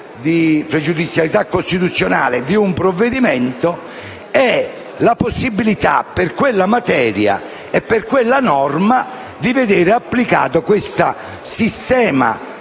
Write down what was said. di pregiudizialità costituzionale di un provvedimento è la possibilità, per quella materia e per quella norma, di vedere applicato il sistema